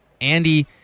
Andy